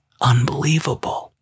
unbelievable